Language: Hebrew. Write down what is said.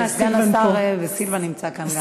סגן השר וסילבן נמצאים כאן.